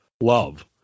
love